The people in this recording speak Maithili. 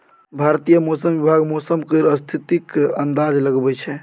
भारतीय मौसम विभाग मौसम केर स्थितिक अंदाज लगबै छै